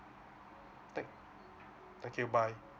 thank thank you bye